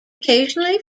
occasionally